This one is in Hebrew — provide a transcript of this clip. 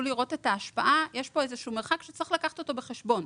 להראות את ההשפעה יש איזה מרחק שצריך לקחת בחשבון.